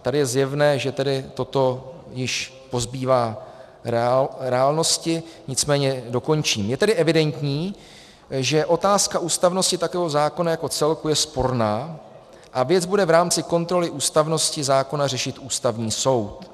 Tady je zjevné, že toto již pozbývá reálnosti, nicméně dokončím: Je tedy evidentní, že otázka ústavnosti takového zákona jako celku je sporná a věc bude v rámci kontroly ústavnosti zákona řešit Ústavní soud.